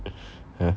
ya